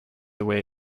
away